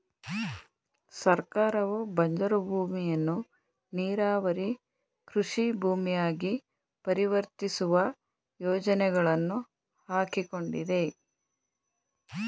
ಸರ್ಕಾರವು ಬಂಜರು ಭೂಮಿಯನ್ನು ನೀರಾವರಿ ಕೃಷಿ ಭೂಮಿಯಾಗಿ ಪರಿವರ್ತಿಸುವ ಯೋಜನೆಗಳನ್ನು ಹಾಕಿಕೊಂಡಿದೆ